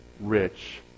rich